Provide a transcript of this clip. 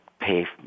pay